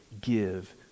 give